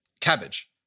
cabbage